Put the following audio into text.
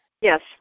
Yes